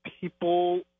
people